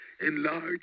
Enlarge